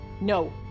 no